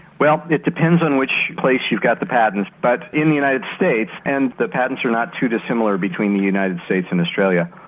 well it depends on which place you got the patents but in the united states and the patents are not too dissimilar between the united states and australia,